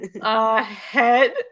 Ahead